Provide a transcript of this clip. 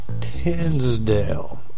Tinsdale